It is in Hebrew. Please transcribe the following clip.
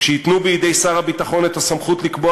כשייתנו בידי שר הביטחון את הסמכות לקבוע